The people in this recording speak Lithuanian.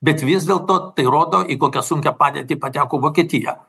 bet vis dėlto tai rodo į kokią sunkią padėtį pateko vokietija